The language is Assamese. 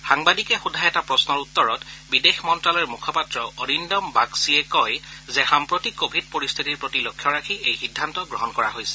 সাংবাদিকে সোধা এটা প্ৰশ্নৰ উত্তৰত বিদেশ মন্ত্যালয়ৰ মুখপাত্ৰ অৰিন্দম বাগ্চীয়ে কয় যে সাম্প্ৰতিক কোৱিড পৰিখিতিৰ প্ৰতি লক্ষ্য ৰাখি এই সিদ্ধান্ত গ্ৰহণ কৰা হৈছে